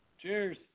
Cheers